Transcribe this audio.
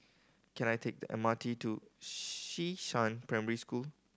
can I take the M R T to Xishan Primary School